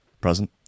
present